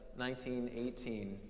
1918